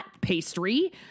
pastry